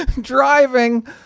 Driving